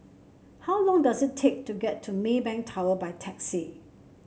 how long does it take to get to Maybank Tower by taxi